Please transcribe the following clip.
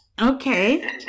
Okay